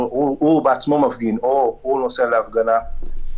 אז אני לא יכול לנסוע בבוקר לקיסריה.